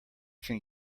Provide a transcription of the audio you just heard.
can